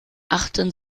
achten